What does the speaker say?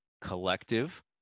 collective